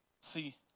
See